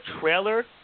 trailer